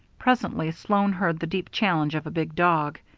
presently sloan heard the deep challenge of a big dog.